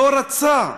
לא רצה,